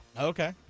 Okay